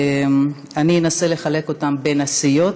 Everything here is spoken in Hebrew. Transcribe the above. אני אנסה לחלק אותן בין הסיעות.